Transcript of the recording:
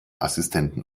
assistenten